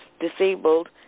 disabled